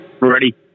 Ready